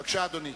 בבקשה, אדוני.